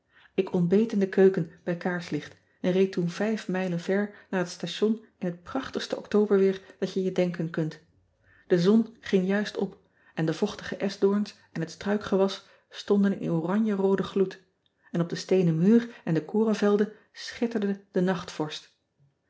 k ontbeet in de keuken bij kaarslicht en reed toen vijf mijlen ver naar het station in het prachtigste ctoberweer dat je je denken kunt e zon ean ebster adertje angbeen ging juist op en de vochtige eschdoorns en het struikgewas stonden in oranje rooden gloed en op den steenen muur en de korenvelden schitterde de nachtvorst